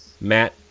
Matt